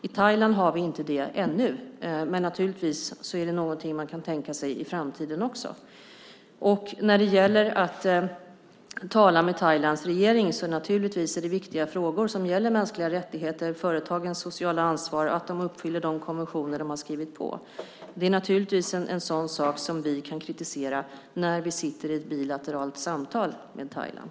I Thailand har vi inte det ännu, men det är naturligtvis någonting man kan tänka sig i framtiden. När det gäller att tala med Thailands regering handlar det om viktiga frågor som gäller mänskliga rättigheter, företagens ansvar och att de uppfyller de konventioner de har skrivit på. Det är sådana saker som vi kan kritisera när vi sitter i ett bilateralt samtal med Thailand.